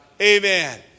Amen